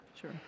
Sure